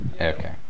Okay